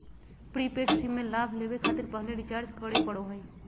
prepaid SIM में लाभ लेबे खातिर पहले रिचार्ज करे पड़ो हइ